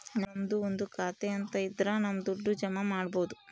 ನಮ್ದು ಒಂದು ಖಾತೆ ಅಂತ ಇದ್ರ ನಮ್ ದುಡ್ಡು ಜಮ ಮಾಡ್ಬೋದು